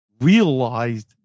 realized